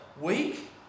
week